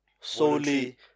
solely